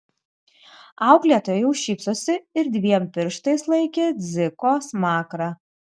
auklėtoja jau šypsojosi ir dviem pirštais laikė dziko smakrą